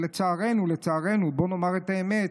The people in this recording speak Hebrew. לצערנו, בואו נאמר את האמת,